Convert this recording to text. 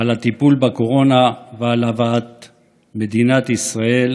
תפסיקו לחפש תמונת ניצחון ותתחילו לחפש ניצחון